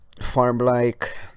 farm-like